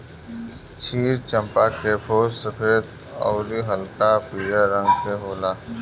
क्षीर चंपा के फूल सफ़ेद अउरी हल्का पियर रंग के होला